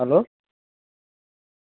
hello